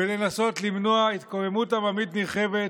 ולנסות למנוע התקוממות עממית נרחבת,